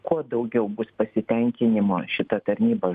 kuo daugiau bus pasitenkinimo šita tarnyba